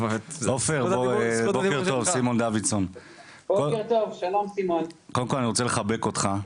עופר בוקר טוב, קודם כל אני רוצה לחבק אותך,